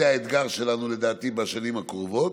זה האתגר שלנו, לדעתי, בשנים הקרובות.